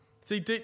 See